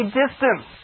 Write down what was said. distance